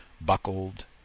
Buckled